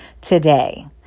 today